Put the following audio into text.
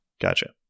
Gotcha